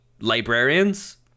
librarians